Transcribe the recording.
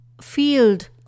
field